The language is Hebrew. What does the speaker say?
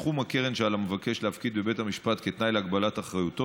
סכום הקרן שעל המבקש להפקיד בבית המשפט כתנאי להגבלת אחריותו